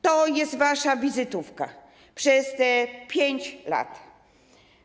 To jest wasza wizytówka przez te 5 lat.